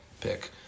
pick